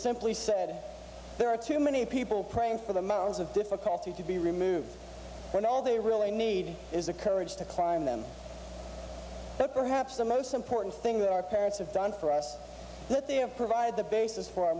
simply said there are too many people praying for the mounds of difficulty to be removed when all they really need is the courage to climb them perhaps the most important thing that our parents have done for us that they have provide the basis for